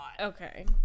Okay